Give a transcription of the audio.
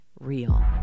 real